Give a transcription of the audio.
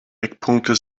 eckpunkte